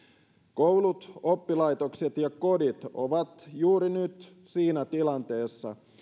koulut oppilaitokset ja kodit ovat juuri nyt siinä tilanteessa